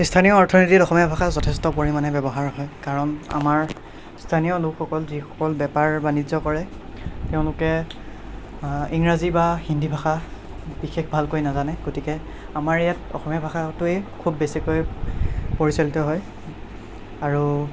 ইস্থানীয় অৰ্থনীতিত অসমীয়া ভাষা যথেষ্ট পৰিমাণে ব্য়ৱহাৰ হয় কাৰণ আমাৰ স্থানীয় লোকসকল যিসকল বেপাৰ বাণিজ্য কৰে তেওঁলোকে ইংৰাজী বা হিন্দী ভাষা বিশেষ ভালকৈ নাজানে গতিকে আমাৰ ইয়াত অসমীয়া ভাষাটোৱেই খুব বেছিকৈ পৰিচালিত হয় আৰু